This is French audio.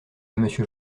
monsieur